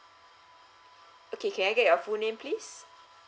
okay can I get your full name please